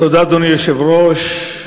אדוני היושב-ראש,